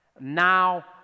now